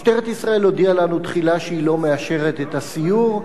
משטרת ישראל הודיעה לנו תחילה שהיא לא מאשרת את הסיור,